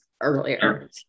earlier